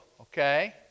okay